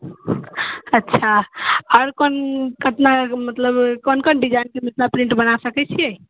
अच्छा आओर कोन कितना मतलब कोन कोन डिजाइनके मिथिला पेंट बना सकैत छियै